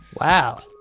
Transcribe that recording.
Wow